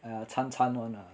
!aiya! 掺掺 [one] lah